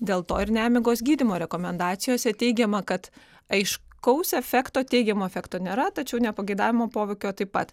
dėl to ir nemigos gydymo rekomendacijose teigiama kad aiškaus efekto teigiamo efekto nėra tačiau nepageidaujamo poveikio taip pat